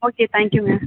okay thank கியூங்க